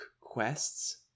quests